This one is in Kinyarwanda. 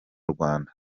rwanda